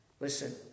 Listen